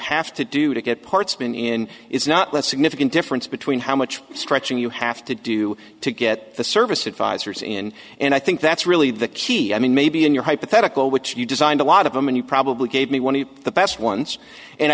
have to do to get parts bin is not that significant difference between how much stretching you have to do to get the service advisors in and i think that's really the key i mean maybe in your hypothetical which you designed a lot of them and you probably gave me one of the best ones and i